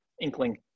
inkling